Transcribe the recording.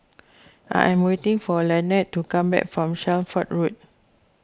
I am waiting for Lanette to come back from Shelford Road